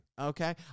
Okay